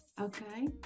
okay